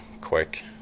quick